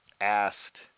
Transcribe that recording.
asked